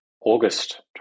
August